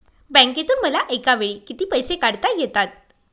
बँकेतून मला एकावेळी किती पैसे काढता येतात?